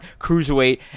cruiserweight